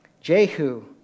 Jehu